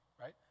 right